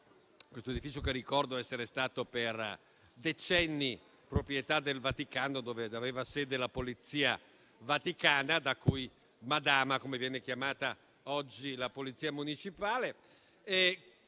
questo edificio, che ricordo essere stato per decenni proprietà del Vaticano, che vi aveva stabilito la sede della polizia vaticana, da cui Madama, come viene chiamata oggi la polizia municipale: